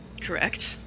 Correct